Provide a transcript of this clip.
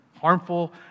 harmful